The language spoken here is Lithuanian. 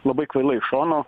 labai kvailai iš šono